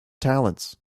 talents